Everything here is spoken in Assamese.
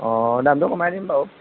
অঁ দামটো কমাই দিম বাৰু